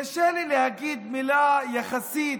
קשה לי להגיד מילה יחסית,